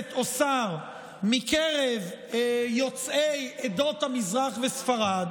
כנסת או שר מקרב יוצאי עדות המזרח וספרד,